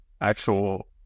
actual